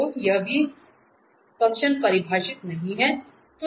तो यह भी फंक्शन परिभाषित नहीं है